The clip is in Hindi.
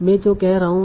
मैं जो कह रहा हूं